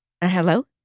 Hello